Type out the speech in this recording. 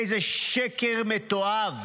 איזה שקר מתועב.